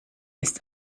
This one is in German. ist